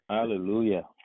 Hallelujah